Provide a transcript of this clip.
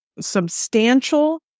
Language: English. substantial